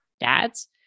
dads